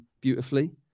beautifully